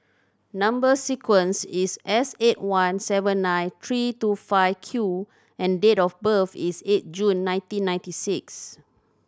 number sequence is S eight one seven nine three two five Q and date of birth is eight June nineteen ninety six